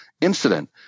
incident